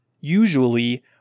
usually